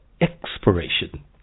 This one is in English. expiration